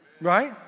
Right